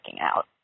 out